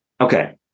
okay